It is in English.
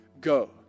go